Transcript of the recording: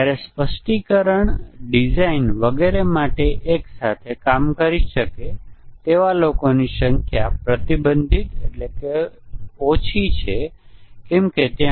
એકવાર આપણે ટેસ્ટીંગ પૂર્ણ કરી લીધા પછી આપણે આપણા ટેસ્ટીંગ ના કેસોને મજબૂત કરવા અને પ્રોગ્રામની વિશ્વસનીયતા સુધારવા માટે મ્યુટેશન ટેસ્ટીંગ કરી શકીએ છીએ અને ગેરલાભ આપણે જોયું કે એક ખૂબ જ નોંધપાત્ર ગેરલાભ સમકક્ષ મ્યુટન્ટ છે